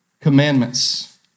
commandments